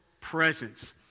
presence